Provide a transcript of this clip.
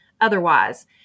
otherwise